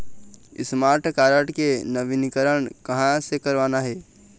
Smart card के नवीनीकरण कहां से करवाना हे?